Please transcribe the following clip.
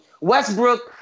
Westbrook